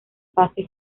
pase